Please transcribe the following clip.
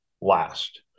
last